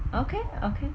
okay okay